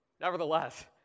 Nevertheless